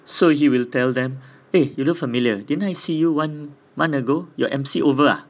so he will tell them eh you look familiar didn't I see you one month ago your M_C over ah